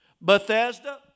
Bethesda